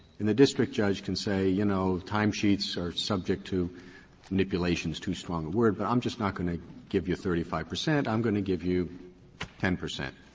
and the district judge can say, you know, time sheets are subject to manipulation is too strong a word, but i'm just not going to give you thirty five percent i'm going to give you ten percent.